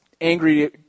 angry